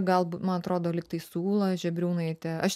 galbūt man atrodo lyg tai su ūla žebriūnaite aš